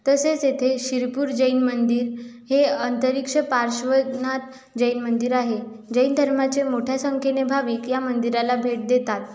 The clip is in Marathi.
तसेच येथे शिरपूर जैन मंदिर हे अंतरिक्ष पार्श्वनाथ जैन मंदिर आहे जैन धर्माचे मोठ्या संख्येने भाविक या मंदिराला भेट देतात